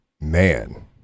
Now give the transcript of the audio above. Man